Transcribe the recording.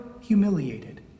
humiliated